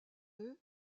eux